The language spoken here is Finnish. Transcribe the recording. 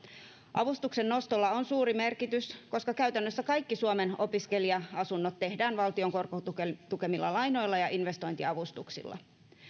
avustuksen nostolla on suuri merkitys koska käytännössä kaikki suomen opiskelija asunnot tehdään valtion korkotukemilla lainoilla ja investointiavustuksilla